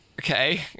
okay